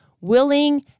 willing